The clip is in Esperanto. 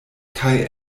kaj